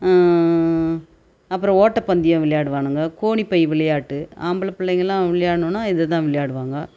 அப்புறம் ஓட்டப் பந்தயம் விளையாடுவானுங்க கோணிப்பை விளையாட்டு ஆம்பளை பிள்ளைங்கெல்லாம் விளையாடணுன்னால் இதை தான் விளையாடுவாங்க